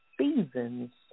seasons